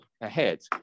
ahead